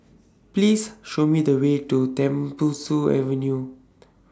Please Show Me The Way to Tembusu Avenue